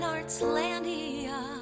Artslandia